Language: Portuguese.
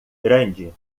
grande